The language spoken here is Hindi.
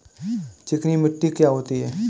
चिकनी मिट्टी क्या होती है?